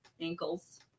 ankles